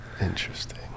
Interesting